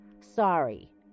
Sorry